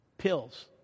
Pills